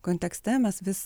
kontekste mes vis